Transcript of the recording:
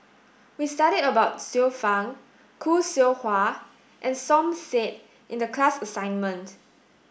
we studied about Xiu Fang Khoo Seow Hwa and Som said in the class assignment